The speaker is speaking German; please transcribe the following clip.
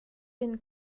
den